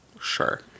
Sure